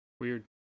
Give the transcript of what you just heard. Weird